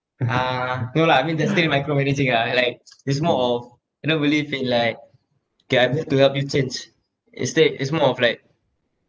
ah no lah I mean that's still micromanaging ah like it's more of I don't believe in like K I'm here to help you change instead it's more of like